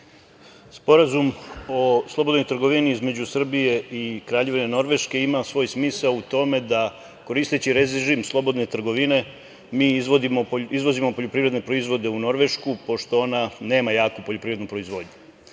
Sporazum o slobodnoj trgovini između Srbije i Kraljevine Norveške ima svoj smisao u tome da koristeći režim slobodne trgovine mi izvozimo poljoprivredne proizvode u Norvešku, pošto ona nema jaku poljoprivrednu proizvodnju. Jedan